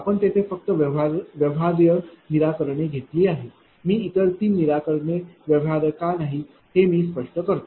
आपण तेथे फक्त व्यवहार्य निराकरणे घेतली आहेत मी इतर 3 निराकरणे व्यवहार्य का नाहीत हे मी स्पष्ट करतो